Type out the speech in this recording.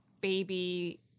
baby